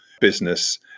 business